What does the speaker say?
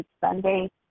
Sunday